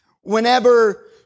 Whenever